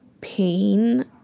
pain